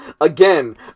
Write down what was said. Again